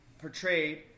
portrayed